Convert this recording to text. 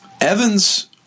Evans